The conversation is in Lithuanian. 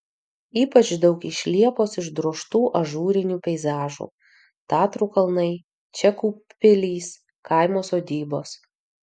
ypač daug iš liepos išdrožtų ažūrinių peizažų tatrų kalnai čekų pilys kaimo sodybos